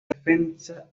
defensa